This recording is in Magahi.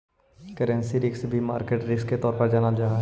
करेंसी रिस्क भी मार्केट रिस्क के तौर पर जानल जा हई